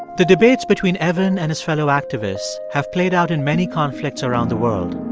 the debates between evan and his fellow activists have played out in many conflicts around the world.